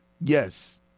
Yes